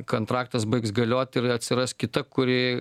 kontraktas baigs galiot ir atsiras kita kuri